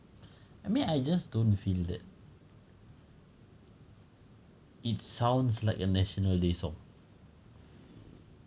I mean I just don't feel that it sounds like a national day song